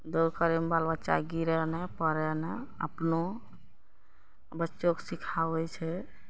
दौड़ करैमे बाल बच्चा गिरे नहि पड़य नहि अपनो बच्चोके सिखाबै छै